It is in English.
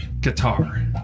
guitar